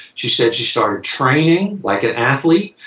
she said she started training like an athlete.